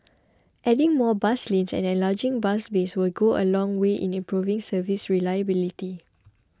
adding more bus lanes and enlarging bus bays will go a long way in improving service reliability